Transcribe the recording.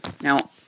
Now